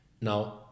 now